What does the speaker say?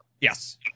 Yes